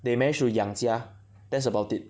they manage to 养家 that's about it